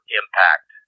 impact